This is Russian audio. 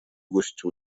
гости